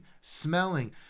smelling